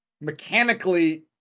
Mechanically